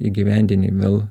įgyvendini vėl